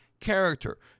character